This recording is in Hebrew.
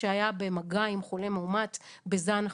שהיה במגע עם חולה מאומת בזן חדש,